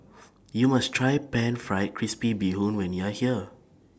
YOU must Try Pan Fried Crispy Bee Hoon when YOU Are here